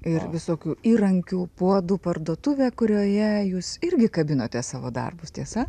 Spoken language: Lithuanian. ir visokių įrankių puodų parduotuvė kurioje jūs irgi kabinote savo darbus tiesa